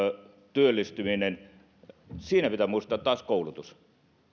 työllistymisessä pitää muistaa taas koulutus